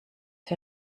für